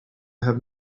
have